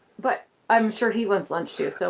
but i'm sure he wants lunch, too, so